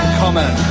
common